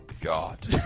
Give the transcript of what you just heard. God